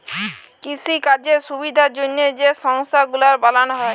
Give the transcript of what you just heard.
কিসিকাজের সুবিধার জ্যনহে যে সংস্থা গুলান বালালো হ্যয়